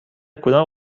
کدام